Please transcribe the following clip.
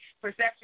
Perception